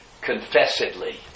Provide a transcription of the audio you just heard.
Confessedly